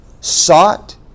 Sought